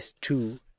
two